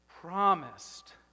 promised